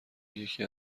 یکی